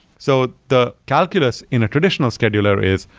so the calculus in a traditional scheduler is,